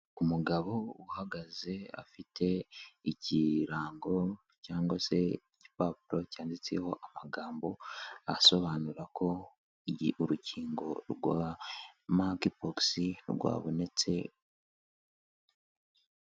Umugabo uhagaze afite ikirango cyangwa se igipapuro cyanditseho amagambo asobanura ko igihe urukingo rwa Monkey poxrwabonetse.